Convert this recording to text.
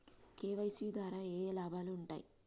KYC ద్వారా ఏఏ లాభాలు ఉంటాయి?